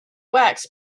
wax